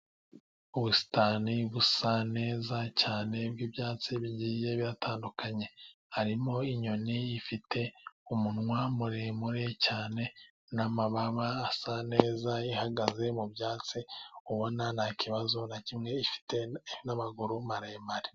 Ubusitani busa neza cyane bw'ibyatsi bigiye bitandukanye, harimo inyoni ifite umunwa muremure cyane n'amababa asa neza, ihagaze mu byatsi, ubona nta kibazo na kimwe, ifite n'amaguru maremare.